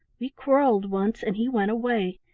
we quarrelled once and he went away.